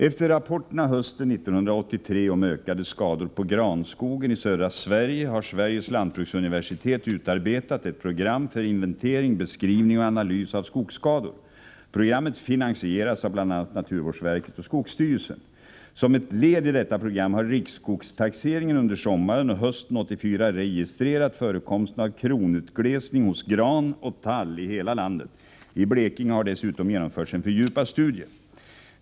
Efter rapporterna hösten 1983 om ökade skador på granskogen i södra Sverige har Sveriges lantbruksuniversitet utarbetat ett program för inventering, beskrivning och analys av skogsskador. Programmet finansieras av bl.a. naturvårdsverket och skogsstyrelsen. Som ett led i detta program har riksskogstaxeringen under sommaren och hösten 1984 registrerat förekomsten av kronutglesning hos gran och tall i hela landet. I Blekinge har dessutom genomförts en fördjupad studie.